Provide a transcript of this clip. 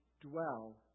dwell